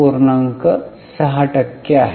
6 टक्के आहे